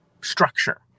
structure